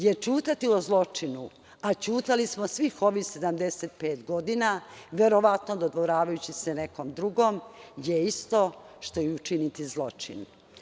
Jer, ćutati o zločinu, a ćutali smo svih ovih 75 godina, verovatno dodvoravajući se nekom drugom, je isto što i učiniti zločin.